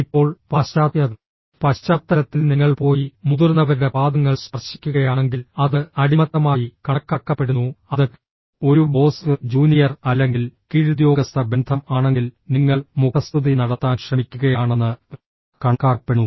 ഇപ്പോൾ പാശ്ചാത്യ പശ്ചാത്തലത്തിൽ നിങ്ങൾ പോയി മുതിർന്നവരുടെ പാദങ്ങൾ സ്പർശിക്കുകയാണെങ്കിൽ അത് അടിമത്തമായി കണക്കാക്കപ്പെടുന്നു അത് ഒരു ബോസ് ജൂനിയർ അല്ലെങ്കിൽ കീഴുദ്യോഗസ്ഥ ബന്ധം ആണെങ്കിൽ നിങ്ങൾ മുഖസ്തുതി നടത്താൻ ശ്രമിക്കുകയാണെന്ന് കണക്കാക്കപ്പെടുന്നു